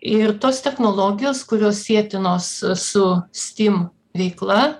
ir tos technologijos kurios sietinos su stim veikla